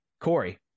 Corey